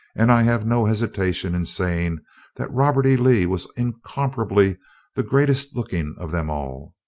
and i have no hesitation in saying that robert e. lee was incomparably the greatest looking of them all.